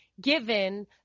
given